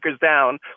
down